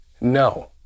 No